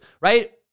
right